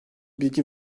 bilgi